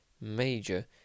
major